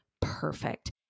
perfect